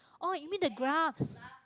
oh you mean the graphs